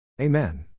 Amen